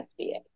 SBA